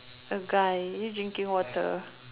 a guy you keep drinking water